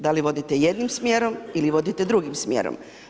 Da li vodite jednim sjerom ili vodite drugom smjerom?